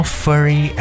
furry